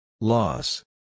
Loss